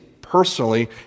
personally